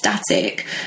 static